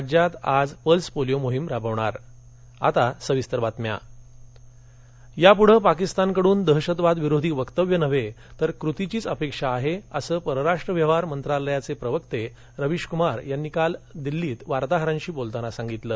राज्यात आज pulse polio मोहीम राबवणार दहशतवाद यापुढे पाकीस्तानकडून दहशतविरोधी वक्तव्य नव्हे तर कृतीच अपेक्षित आहे असं परराष्ट्र व्यवहार मंत्रालयाचे प्रवक्ते रविश क्मार यांनी काल दिल्लीत वार्ताहरांशी बोलताना सांगितलं